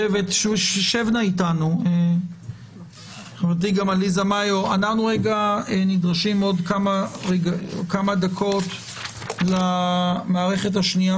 אנחנו ניגשים בעוד כמה דקות למערכת השנייה